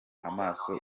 amaso